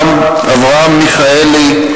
אברהם מיכאלי,